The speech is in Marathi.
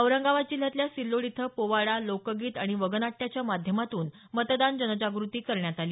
औरंगाबाद जिल्ह्यातल्या सिल्लोड इथं पोवाडा लोकगीत आणि वगनाट्याच्या माध्यमातून मतदान जनजागृती करण्यात आली